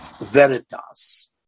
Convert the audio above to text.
Veritas